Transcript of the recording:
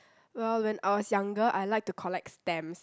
well when I was younger I like to collect stamps